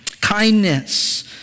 Kindness